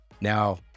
Now